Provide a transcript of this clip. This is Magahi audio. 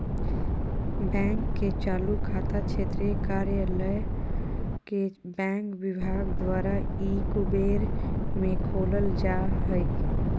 बैंक के चालू खाता क्षेत्रीय कार्यालय के बैंक विभाग द्वारा ई कुबेर में खोलल जा हइ